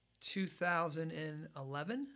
2011